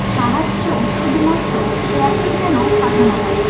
সাহায্য শুধুমাত্র শ্রেয়াকেই যেন পাঠানো হয়